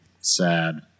sad